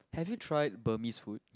have you try Burmese food